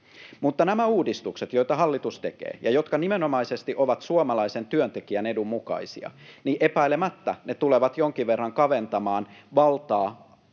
Mutta nämä uudistukset, joita hallitus tekee ja jotka nimenomaisesti ovat suomalaisen työntekijän edun mukaisia, tulevat epäilemättä jonkin verran kaventamaan valtaa